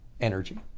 energy